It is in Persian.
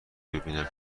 ببینم